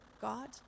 God